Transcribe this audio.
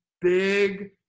big